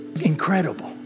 incredible